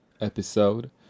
episode